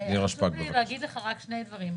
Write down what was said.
חשוב לי לומר לך שני דברים.